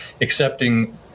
accepting